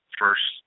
first